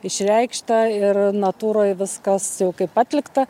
išreikšta ir natūroj viskas jau kaip atlikta